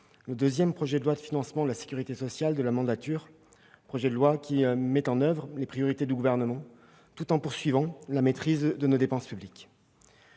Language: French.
le deuxième projet de loi de financement de la sécurité sociale de la mandature, projet de loi qui met en oeuvre les priorités du Gouvernement, tout en poursuivant l'objectif de maîtrise de nos dépenses publiques.